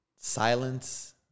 silence